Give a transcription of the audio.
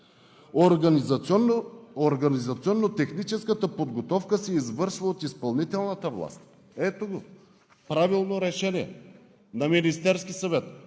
организационно техническата подготовка се извършва от изпълнителната власт. Ето го – правилно решение на Министерския съвет,